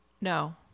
No